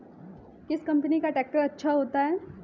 किस कंपनी का ट्रैक्टर अच्छा होता है?